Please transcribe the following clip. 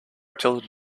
tilted